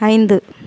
ஐந்து